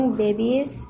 babies